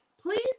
Please